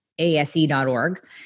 ASE.org